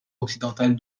occidental